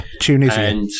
Tunisia